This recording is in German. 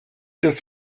des